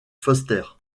foster